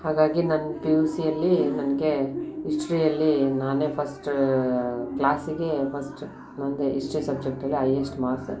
ಹಾಗಾಗಿ ನನ್ನ P U ಸಿಯಲ್ಲಿ ನನಗೆ ಇಸ್ಟ್ರಿಯಲ್ಲಿ ನಾನೇ ಫಸ್ಟು ಕ್ಲಾಸಿಗೇ ಫಸ್ಟು ನನ್ನದೇ ಇಸ್ಟ್ರಿ ಸಬ್ಜೆಕ್ಟಲ್ಲಿ ಐಯೆಸ್ಟ್ ಮಾರ್ಕ್ಸ